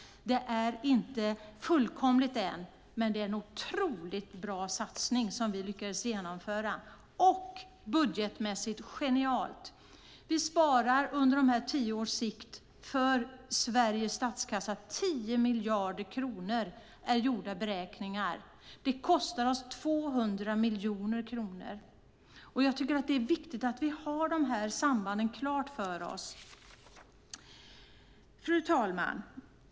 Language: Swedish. Det är inte fullkomligt än, men det är en otroligt bra satsning som vi lyckades genomföra. Budgetmässigt är den genial. Vi sparar på tio års sikt 10 miljarder kronor för Sveriges statskassa enligt gjorda beräkningar. Det kostar oss 200 miljoner kronor. Jag tycker att det är viktigt att vi har de här sambanden klara för oss. Fru talman!